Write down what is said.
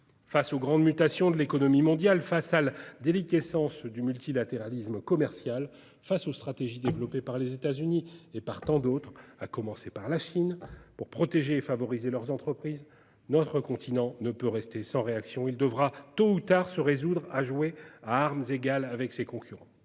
Face aux grandes mutations de l'économie mondiale, face à la déliquescence du multilatéralisme commercial, face aux stratégies développées par les États-Unis et par tant d'autres, à commencer par la Chine, pour protéger et favoriser leurs entreprises, notre continent ne peut rester sans réaction. Il devra, tôt ou tard, se résoudre à jouer à armes égales avec ses concurrents.